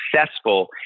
successful